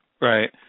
Right